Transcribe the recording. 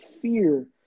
fear